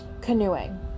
canoeing